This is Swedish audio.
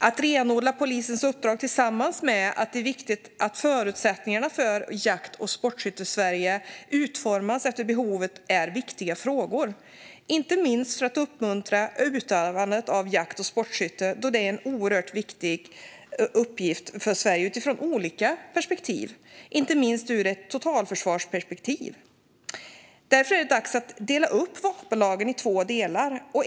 Att polisens uppdrag renodlas och att förutsättningarna för Jakt och Sportskyttesverige utformas efter behov är viktiga frågor, inte minst för att uppmuntra utövandet av jakt och sportskytte. Detta är oerhört viktigt för Sverige utifrån olika perspektiv, inte minst ett totalförsvarsperspektiv. Därför är det dags att dela upp vapenlagen i två delar.